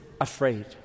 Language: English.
afraid